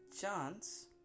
chance